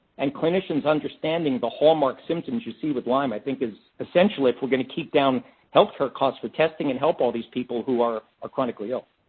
and clinicians understanding the hallmark symptoms you see with lyme, i think is essential, especially if we're going to keep down health care costs for testing and help all these people who are are chronically ill.